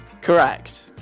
Correct